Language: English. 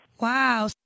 Wow